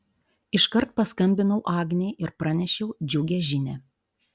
iškart paskambinau agnei ir pranešiau džiugią žinią